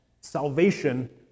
Salvation